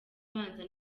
abanza